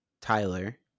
Tyler